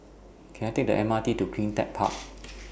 Can I Take The M R T to CleanTech Park